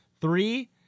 three